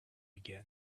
again